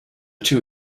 two